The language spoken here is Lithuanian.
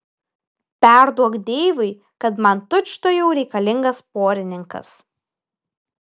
perduok deivui kad man tučtuojau reikalingas porininkas